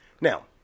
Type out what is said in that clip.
Now